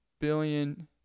billion